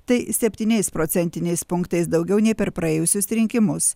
tai septyniais procentiniais punktais daugiau nei per praėjusius rinkimus